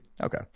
Okay